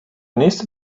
nächste